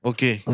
Okay